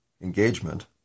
engagement